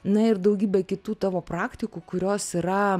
na ir daugybė kitų tavo praktikų kurios yra